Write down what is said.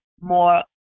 more